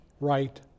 right